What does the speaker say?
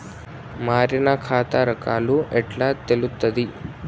మారిన ఖాతా రకాలు ఎట్లా తెలుత్తది?